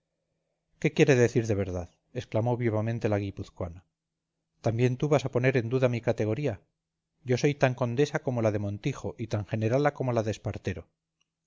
qué quiere decir de verdad exclamó vivamente la guipuzcoana también tú vas a poner en duda mi categoría yo soy tan condesa como la del montijo y tan generala como la